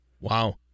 Wow